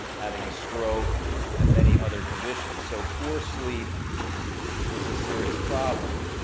having a stroke and many other conditions. so poor sleep is a serious problem.